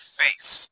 face